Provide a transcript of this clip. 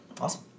Awesome